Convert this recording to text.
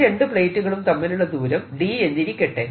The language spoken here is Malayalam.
ഈ രണ്ടു പ്ലേറ്റുകളും തമ്മിലുള്ള ദൂരം d എന്നിരിക്കട്ടെ